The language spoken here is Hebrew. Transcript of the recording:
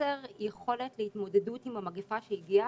חוסר יכולת להתמודדות עם המגפה שהגיעה,